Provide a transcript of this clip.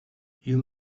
you